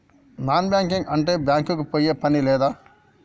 Non banking అంటే bank కి పోయే పని లేదా?